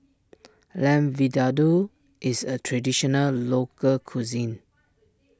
Lamb Vindaloo is a Traditional Local Cuisine